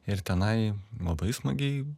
ir tenai labai smagiai